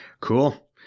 Cool